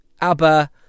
ABBA